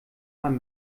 man